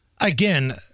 Again